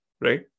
right